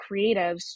creatives